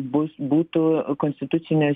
bus būtų konstitucinio